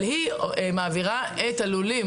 אבל היא מעבירה את הלולים